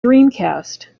dreamcast